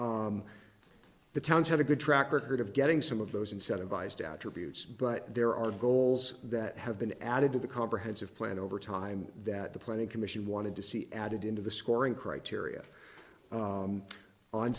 the towns have a good track record of getting some of those incentivized attributes but there are goals that have been added to the comprehensive plan over time that the planning commission wanted to see added into the scoring criteria